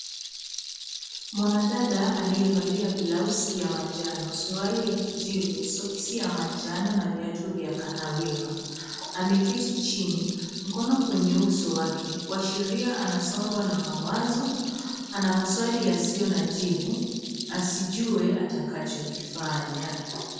Mwanadada aliyevalia blauzi ya manjano, suruali ya kijivu, soksi ya manjano na viatu vya kahawia ameketi chini mkono kwenye uso wake kuashiria anasongwa na mawazo, ana maswali yasiyo na jibu asijue atakachokifanya.